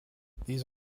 these